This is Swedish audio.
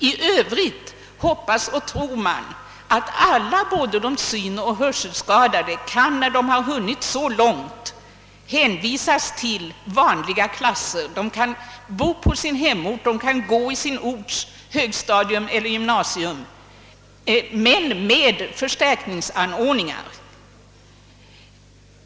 I övrigt hoppas och tror man att alla synoch hörselskadade, när de hunnit så långt, skall kunna hänvisas till vanliga klasser. De kan bo på sin hemort och gå i sin hemorts högstadium eller gymnasium, om detta har tillgång till förstärkningsanordningar.